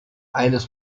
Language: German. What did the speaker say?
eines